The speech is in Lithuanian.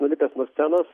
nulipęs nuo scenos